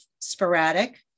sporadic